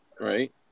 right